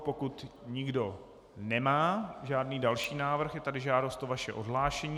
Pokud nikdo nemá žádný další návrh, je tady žádost o vaše odhlášení.